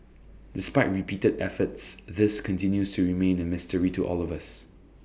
despite repeated efforts this continues to remain A mystery to all of us